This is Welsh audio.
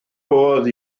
oedd